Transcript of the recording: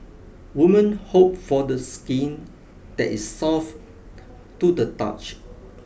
women hope for the skin that is soft to the touch